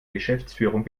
geschäftsführung